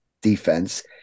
defense